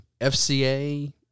FCA